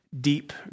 deep